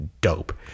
dope